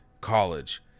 college